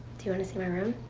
do you wanna see my room?